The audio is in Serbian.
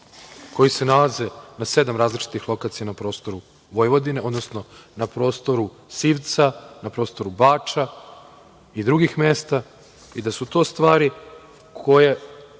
koji se nalaze na sedam različitih lokacija na prostoru Vojvodine, odnosno na prostoru Sivca, na prostoru Bača i drugih mesta i da su to stvari koje,